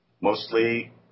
mostly